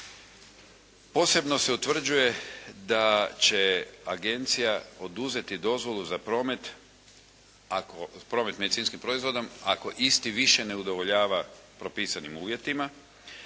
Posebno se utvrđuje da će agencija oduzeti dozvolu za promet medicinskim proizvodom ako isti više ne udovoljava propisanim uvjetima